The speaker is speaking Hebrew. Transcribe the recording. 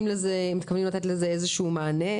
לזה או מתכוונים לתת לזה איזה שהוא מענה?